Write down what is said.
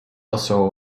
also